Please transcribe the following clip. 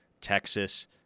Texas